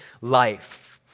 life